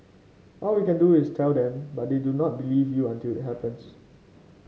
all we can do is tell them but they do not believe you until it happens